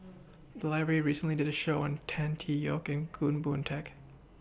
The Library recently did Show on Tan Tee Yoke Goh Boon Teck